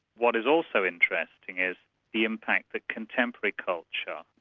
what is also interesting is the impact that contemporary culture,